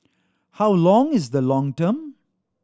how long is the long term